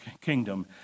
kingdom